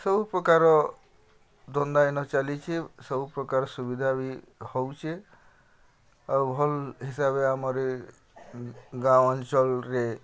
ସବୁପ୍ରକାର ଧନ୍ଦା ଏନ ଚାଲିଛେଁ ସବୁପ୍ରକାର ସୁବିଧା ବି ହଉଛେଁ ଆଉ ଭଲ ହିସାବ ଆମରି ଗାଁ ଅଞ୍ଚଳରେ